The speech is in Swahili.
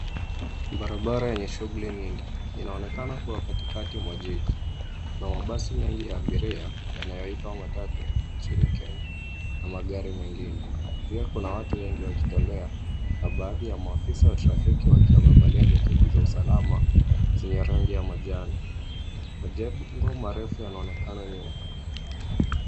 Barabara yenye shughuli nyingi. Inaonekana kuwa katikati mwa jiji. Kuna mabasi mengi ya abiria yanayoitwa matatu nchini Kenya na magari mengine. Pia kuna watu wengi wakitembea na baadhi ya maafisa wa trafiki wakiwa wamevalia jaketi(cs) za usalama zenye rangi ya manjano. Majengo marefu yanaonekana nyuma.